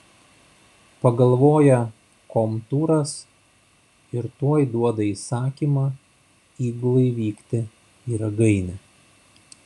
pagalvoja komtūras ir tuoj duoda įsakymą įgulai vykti į ragainę